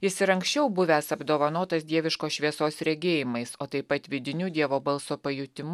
jis ir anksčiau buvęs apdovanotas dieviškos šviesos regėjimais o taip pat vidiniu dievo balso pajutimu